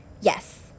Yes